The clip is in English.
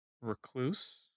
Recluse